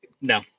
no